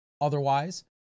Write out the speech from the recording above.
otherwise